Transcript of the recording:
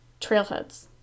trailheads